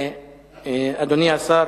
אדוני השר,